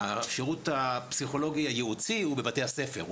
השירות הפסיכולוגי הייעוצי הוא בבתי הספר,